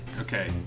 Okay